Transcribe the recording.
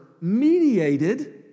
mediated